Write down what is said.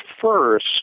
first